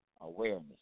awareness